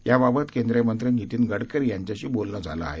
या बाबत केंद्रीय मंत्री नितीन गडकरी यांच्याशी बोलणं झालं आहे